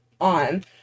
on